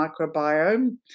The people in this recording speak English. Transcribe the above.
microbiome